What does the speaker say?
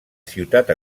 ciutat